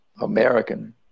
American